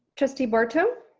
trustee barto.